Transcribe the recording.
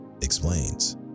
explains